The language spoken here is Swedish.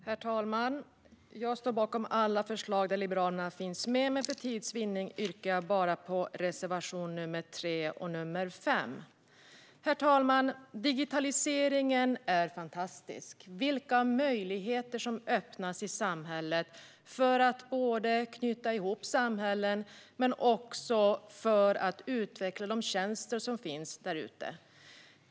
Herr talman! Jag står bakom alla förslag där Liberalerna finns med, men för tids vinnande yrkar jag bifall bara till reservationerna nr 3 och 5. Herr talman! Digitaliseringen är fantastisk. Vilka möjligheter som öppnas för att både knyta ihop samhällen och utveckla de tjänster som finns därute!